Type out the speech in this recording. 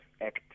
Act